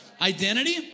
Identity